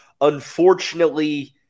Unfortunately